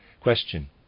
Question